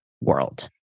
world